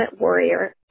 warrior